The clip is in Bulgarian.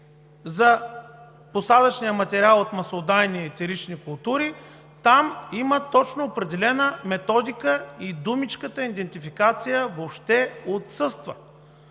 за посадъчния материал от маслодайни и етерични култури, там има точно определена методика и думичката „идентификация“ въобще отсъства.